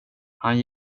han